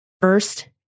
first